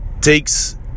takes